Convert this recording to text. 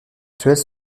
actuels